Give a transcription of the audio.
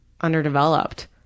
underdeveloped